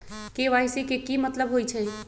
KYC के कि मतलब होइछइ?